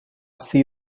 see